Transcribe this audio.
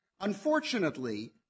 Unfortunately